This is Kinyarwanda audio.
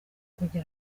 kujya